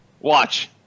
watch